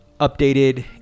updated